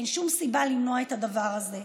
אין שום סיבה למנוע את הדבר הזה.